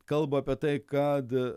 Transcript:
kalba apie tai kad